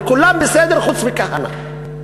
כולם בסדר חוץ מכהנא.